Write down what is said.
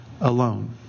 alone